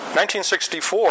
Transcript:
1964